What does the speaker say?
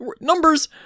Numbers